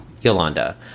Yolanda